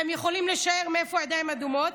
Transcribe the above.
אתם יכולים לשער מאיפה הידיים האדומות,